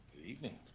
evening.